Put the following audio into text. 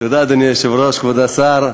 אדוני היושב-ראש, תודה, כבוד השר,